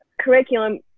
curriculum